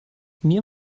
mir